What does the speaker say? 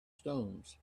stones